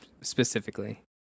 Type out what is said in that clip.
specifically